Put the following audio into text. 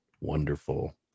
wonderful